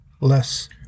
less